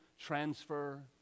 Transfer